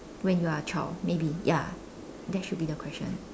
when you are a child maybe ya that should be the question